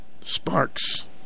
Sparks